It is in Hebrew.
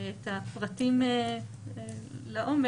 ואת הפרטים לעומק,